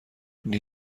این